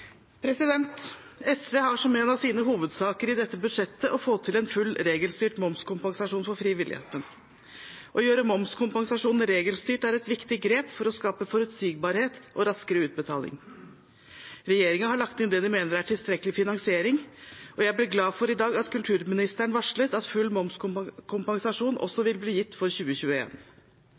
en full regelstyrt momskompensasjon for frivilligheten. Å gjøre momskompensasjonen regelstyrt er et viktig grep for å skape forutsigbarhet og raskere utbetaling. Regjeringen har lagt inn det de mener er tilstrekkelig finansiering, og jeg ble i dag glad for at kulturministeren varslet at full momskompensasjon også vil bli gitt for